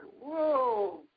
whoa